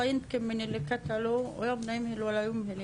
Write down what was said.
אלה פנים מהסוגיה שלא משתקפים בתקשורת.